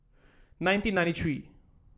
nineteen ninety three